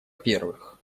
первых